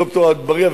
ד"ר אגבאריה,